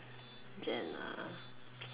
Jen ah